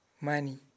money